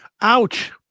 Ouch